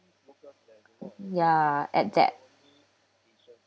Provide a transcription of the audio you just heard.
ya at that